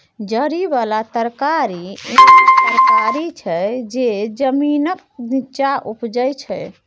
जरि बला तरकारी एहन तरकारी छै जे जमीनक नींच्चाँ उपजै छै